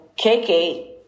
KK